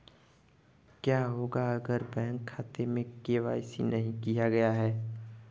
क्या होगा अगर बैंक खाते में के.वाई.सी नहीं किया गया है?